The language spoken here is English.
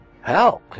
Hell